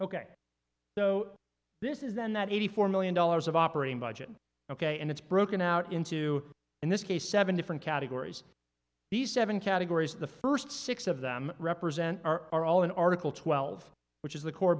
ok so this is then that eighty four million dollars of operating budget ok and it's broken out into in this case seven different categories these seven categories the first six of them represent are all in article twelve which is the core